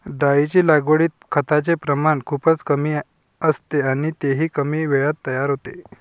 डाळींच्या लागवडीत खताचे प्रमाण खूपच कमी असते आणि तेही कमी वेळात तयार होते